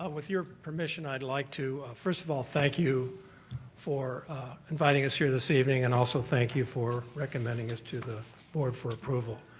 ah with your permission i would like to first of all thank you for inviting us here this evening and also thank you for recommending us to the board for approval.